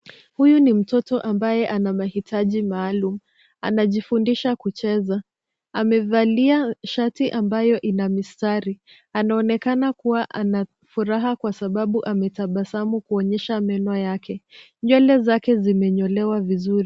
Huyu ni mtoto ambaye ana mahitaji maalum. Anajifundisha kucheza. Amevalia shati ambayo ina mistari. Anaonekana kuwa na furaha kwa sababu anatabasamu kuonyesha meno yake. Nywele zake zimenyolewa vizuri.